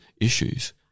issues